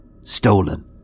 stolen